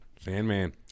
Sandman